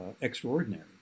extraordinary